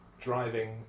driving